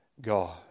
God